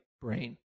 brain